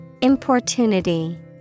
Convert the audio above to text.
Importunity